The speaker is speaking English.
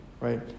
right